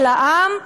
של העם,